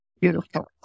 Beautiful